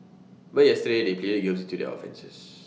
but yesterday they pleaded guilty to their offences